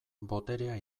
boterea